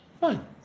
Fine